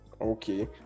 Okay